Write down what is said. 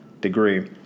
degree